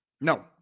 No